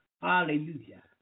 Hallelujah